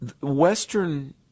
Western